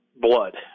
blood